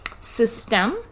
system